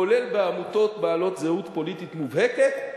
כולל בעמותות בעלות זהות פוליטית מובהקת.